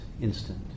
instant